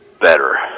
better